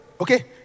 okay